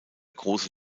große